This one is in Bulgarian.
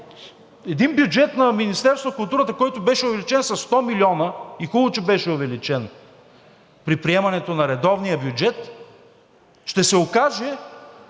един бюджет на Министерството на културата, който беше увеличен със 100 милиона, и хубаво, че беше увеличен при приемането на редовния бюджет, ще се окаже,